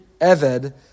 eved